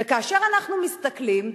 וכאשר אנחנו מסתכלים,